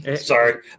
Sorry